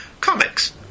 comics